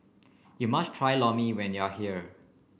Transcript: you must try Lor Mee when you are here